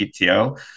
PTO